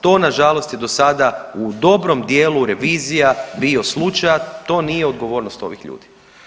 To na žalost je do sada u dobrom dijelu revizija bio slučaj, a to nije odgovornost ovih ljudi.